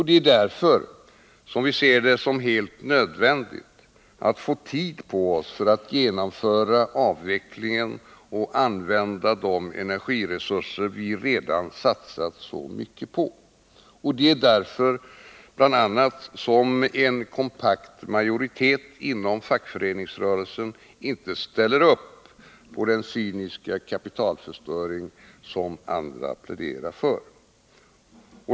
Det är därför vi ser det som helt nödvändigt att få tid på oss för att genomföra avvecklingen och använda de energiresurser vi redan satsat så mycket på. Det är bl.a. därför som en kompakt majoritet inom fackföreningsrörelsen inte ställer upp på den cyniska kapitalförstöring som andra pläderar för.